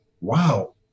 wow